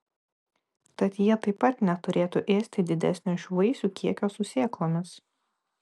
tad jie taip pat neturėtų ėsti didesnio šių vaisių kiekio su sėklomis